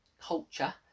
culture